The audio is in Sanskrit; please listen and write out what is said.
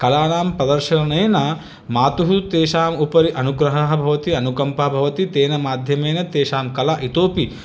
कलानां प्रदर्शनेन मातुः तेषाम् उपरि अनुग्रहः भवति अनुकम्पा भवति तेन माध्यमेन तेषां कला इतोपि